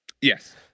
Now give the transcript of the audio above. yes